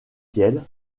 kiel